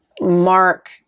mark